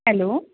hello